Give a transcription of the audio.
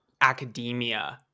academia